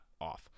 off